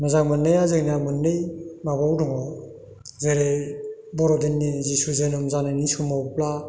मोजां मोननाया जोंना मोननै माबायाव दङ जेरै बर' दिननि जिसु जोनोम जानायनि समावब्ला